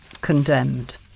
condemned